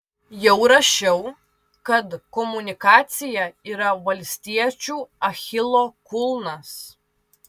jau rašiau kad komunikacija yra valstiečių achilo kulnas